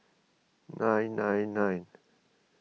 nine nine nine